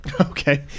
Okay